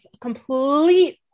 complete